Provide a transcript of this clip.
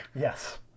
Yes